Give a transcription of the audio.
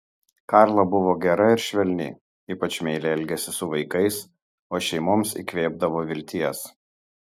karla buvo gera ir švelni ypač meiliai elgėsi su vaikais o šeimoms įkvėpdavo vilties